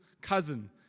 cousin